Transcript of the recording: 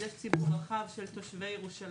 אז יש ציבור רחב של תושבי ירושלים